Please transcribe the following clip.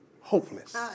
hopeless